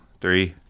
three